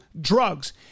drugs